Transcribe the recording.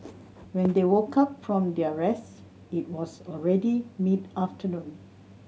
when they woke up from their rest it was already mid afternoon